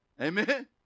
Amen